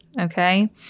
Okay